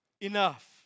enough